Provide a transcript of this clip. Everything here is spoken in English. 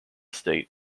state